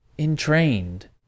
entrained